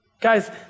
Guys